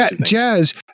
Jazz